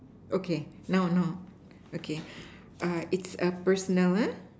okay no no okay err it's a personal ah